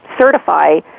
certify